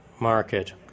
market